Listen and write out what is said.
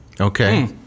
Okay